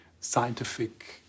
scientific